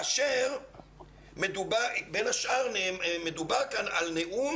כאשר מדובר כאן על נאום